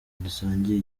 dusangiye